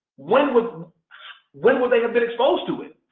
when would um when would they have been exposed to it?